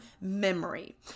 memory